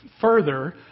further